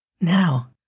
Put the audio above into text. Now